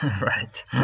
right